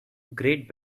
great